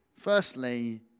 Firstly